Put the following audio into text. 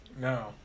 No